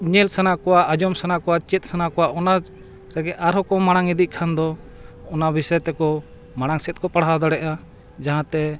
ᱧᱮᱞ ᱥᱟᱱᱟ ᱠᱚᱣᱟ ᱟᱸᱡᱚᱢ ᱥᱟᱱᱟ ᱠᱚᱣᱟ ᱪᱮᱫ ᱥᱟᱱᱟ ᱠᱚᱣᱟ ᱚᱱᱟ ᱨᱮᱜᱮ ᱟᱨᱦᱚᱸ ᱠᱚ ᱢᱟᱲᱟᱝ ᱤᱫᱤᱜ ᱠᱷᱟᱱ ᱫᱚ ᱚᱱᱟ ᱵᱤᱥᱚᱭ ᱛᱮᱠᱚ ᱢᱟᱲᱟᱝ ᱥᱮᱫ ᱠᱚ ᱯᱟᱲᱦᱟᱣ ᱫᱟᱲᱮᱭᱟᱜᱼᱟ ᱡᱟᱦᱟᱸᱛᱮ